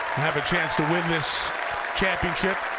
have a chance to win this championship.